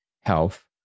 health